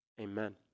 Amen